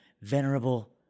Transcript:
venerable